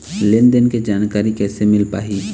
लेन देन के जानकारी कैसे मिल पाही?